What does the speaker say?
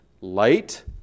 light